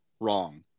wrong